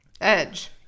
Edge